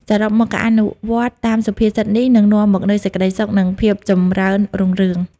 សរុបមក ការអនុវត្តតាមសុភាសិតនេះ នឹងនាំមកនូវសេចក្ដីសុខ និងភាពចម្រើនរុងរឿង។